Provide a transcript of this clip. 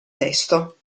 testo